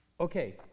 Okay